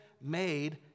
made